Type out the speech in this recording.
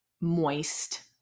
moist